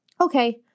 okay